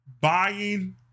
buying